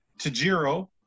Tajiro